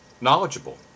knowledgeable